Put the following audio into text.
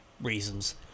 reasons